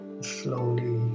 slowly